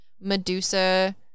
Medusa